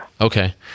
Okay